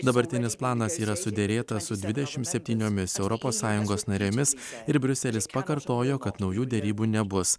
dabartinis planas yra suderėtas su dvidešimt septyniomis europos sąjungos narėmis ir briuselis pakartojo kad naujų derybų nebus